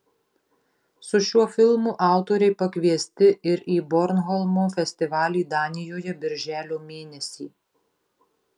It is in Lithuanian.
su šiuo filmu autoriai pakviesti ir į bornholmo festivalį danijoje birželio mėnesį